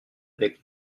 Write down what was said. avec